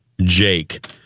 Jake